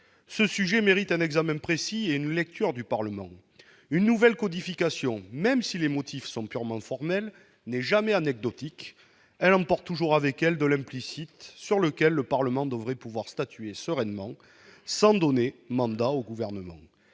Ce sujet mérite un examen précis par le Parlement. Une nouvelle codification, même si ses motifs sont purement formels, n'est jamais anecdotique : elle emporte toujours de l'implicite, sur lequel le Parlement devrait pouvoir statuer sereinement, sans donner mandat au Gouvernement.